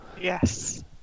yes